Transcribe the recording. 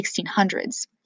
1600s